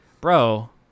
bro